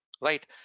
right